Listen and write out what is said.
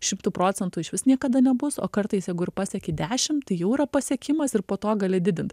šimtu procentų išvis niekada nebus o kartais jeigu ir pasieki dešimt tai jau yra pasiekimas ir po to gali didint